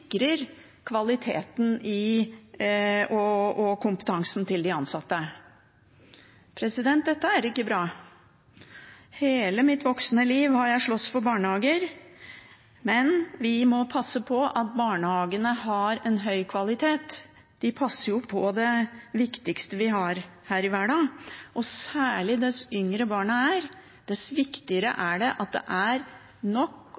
sikrer kvaliteten og kompetansen til de ansatte. Dette er ikke bra. Hele mitt voksne liv har jeg sloss for barnehager. Vi må passe på at barnehagene har en høy kvalitet, for de passer jo på det viktigste vi har her i verden. Dess yngre barna er, dess viktigere er det at det er nok